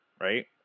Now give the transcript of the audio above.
right